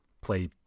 play